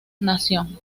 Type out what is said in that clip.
nación